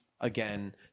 again